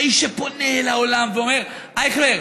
האיש שפונה אל העולם ואומר, אייכלר,